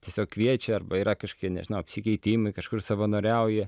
tiesiog kviečia arba yra kažkokie nežinau apsikeitimai kažkur savanoriauji